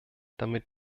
damit